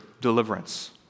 deliverance